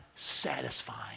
satisfying